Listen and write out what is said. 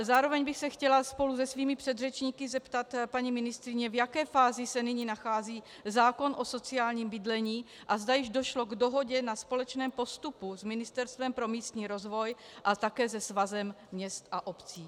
Zároveň bych se chtěla spolu se svými předřečníky zeptat paní ministryně, v jaké fázi se nyní nachází zákon o sociálním bydlení a zda již došlo k dohodě na společném postupu s Ministerstvem pro místní rozvoj a také se Svazem měst a obcí.